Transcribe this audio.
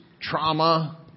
Trauma